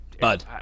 Bud